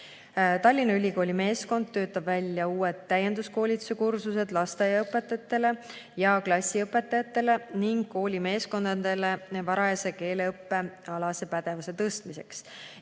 Tallinna Ülikooli meeskond töötab välja uued täienduskoolitusekursused lasteaiaõpetajatele ja klassiõpetajatele ning koolimeeskondadele varajase keeleõppe alase pädevuse tõstmiseks.